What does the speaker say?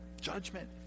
judgment